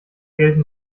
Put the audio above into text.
gelten